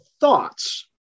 thoughts